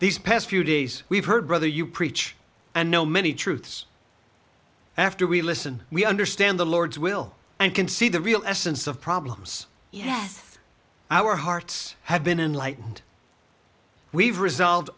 these past few days we've heard rather you preach and know many truths after we listen we understand the lord's will and can see the real essence of problems yes our hearts have been enlightened we've resolved